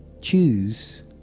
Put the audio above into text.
choose